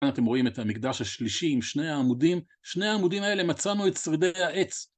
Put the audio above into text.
כאן אתם רואים את המקדש השלישי עם שני העמודים, שני העמודים האלה מצאנו את שרידי העץ